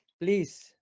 please